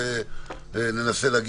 תיקחו את הדברים הללו לפני ועדת השרים,